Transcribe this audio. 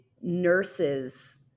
nurses